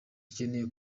dukeneye